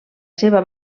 seva